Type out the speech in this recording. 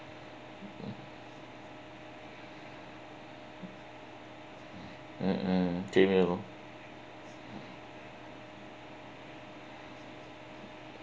mmhmm same here lor